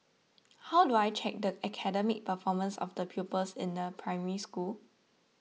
how do I check the academic performance of the pupils in a Primary School